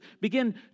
begin